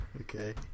Okay